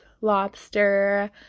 lobster